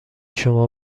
شما